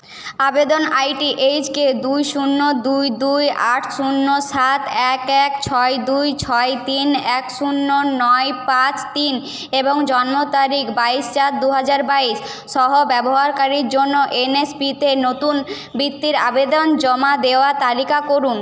আবেদন ID H K দুই শূন্য দুই দুই আট শূন্য সাত এক এক ছয় দুই ছয় তিন এক শূন্য নয় পাঁচ তিন এবং জন্ম তারিখ বাইশ চার দু হাজার বাইশ সহ ব্যবহারকারীর জন্য এনএসপিতে নতুন বৃত্তির আবেদন জমা দেওয়ার তালিকা করুন